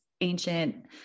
ancient